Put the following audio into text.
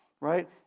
Right